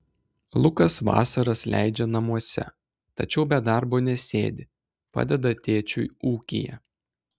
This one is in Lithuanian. lukas vasaras leidžia namuose tačiau be darbo nesėdi padeda tėčiui ūkyje